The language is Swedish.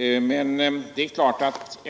undersöka.